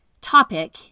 topic